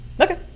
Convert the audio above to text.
Okay